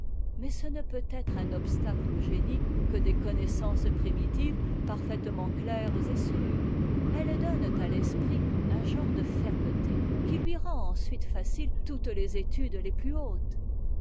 mais ce ne peut être un obstacle au génie que des connaissances primitives parfaitement claires et sûres elles donnent à l'esprit un genre de fermeté qui lui rend ensuite faciles toutes les études les plus hautes